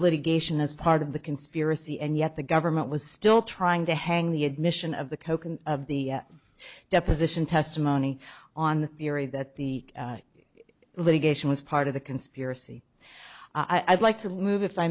litigation as part of the conspiracy and yet the government was still trying to hang the admission of the coke and of the deposition testimony on the theory that the litigation was part of the conspiracy i'd like to move if i